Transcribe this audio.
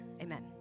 amen